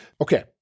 okay